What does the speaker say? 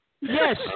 Yes